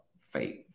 faith